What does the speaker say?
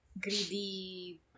greedy